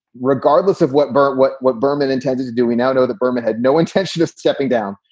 regardless of what bert what what berman intended to do, we now know that berman had no intention of stepping down.